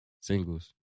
singles